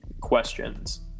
questions